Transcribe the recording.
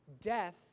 Death